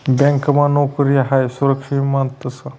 ब्यांकमा नोकरी हायी सुरक्षित मानतंस